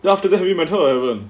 then after that we might tell everyone